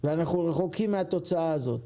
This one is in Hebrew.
אנחנו רחוקים מהתוצאה הזו.